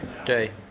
Okay